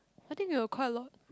I think they were quite long